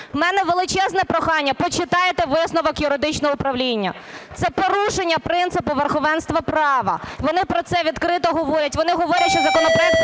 У мене величезне прохання, почитайте висновок юридичного управління – це порушення принципу верховенства права, вони про це відкрито говорять. Вони говорять, що законопроект